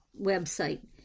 website